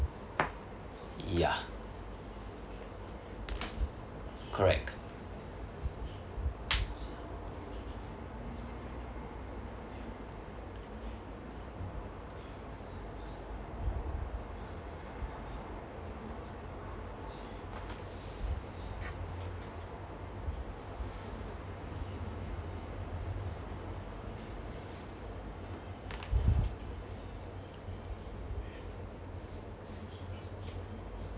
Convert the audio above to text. ya correct